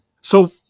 So-